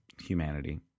humanity